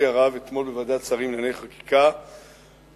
אתמול בוועדת השרים לענייני חקיקה אישרו,